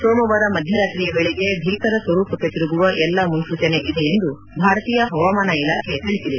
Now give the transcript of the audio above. ಸೋಮವಾರ ಮಧ್ಯರಾತ್ರಿಯ ವೇಳೆಗೆ ಭೀಕರ ಸ್ವರೂಪಕ್ಕೆ ತಿರುಗುವ ಎಲ್ಲಾ ಮುನ್ಲೂಚನೆ ಇದೆ ಎಂದು ಭಾರತೀಯ ಪವಾಮಾನ ಇಲಾಖೆ ತಿಳಿಸಿದೆ